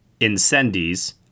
Incendies